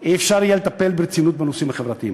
לא יהיה אפשר לטפל ברצינות בנושאים החברתיים.